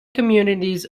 communities